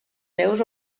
seus